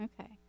Okay